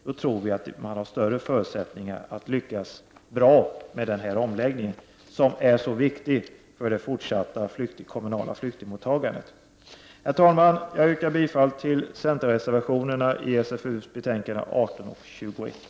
Då tror vi att man har större förutsättningar att lyckas bra med omläggningen, som är så viktig för det fortsatta kommunala flyktingmottagandet. Herr talman! Jag yrkar bifall till centerreservationerna till socialförsäkringsutskottets betänkanden 18 och 21.